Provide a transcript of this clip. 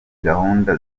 gahunda